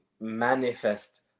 manifest